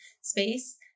space